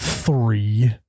Three